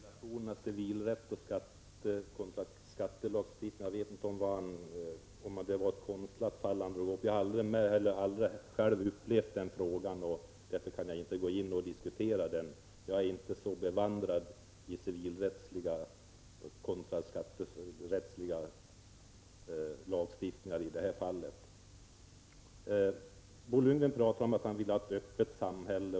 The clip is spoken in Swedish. Herr talman! Vad gäller relationerna mellan civilrätt och skatterätt måste det ha varit ett konstlat fall som Bo Lundgren tog upp. Jag har själv aldrig kommit i kontakt med en sådan fråga, varför jag inte kan diskutera den. Jag är inte så bevandrad i den civilrättsliga lagstiftningen kontra den skatterättsliga i ett fall som detta. Bo Lundgren talar om att han vill ha ett öppet samhälle.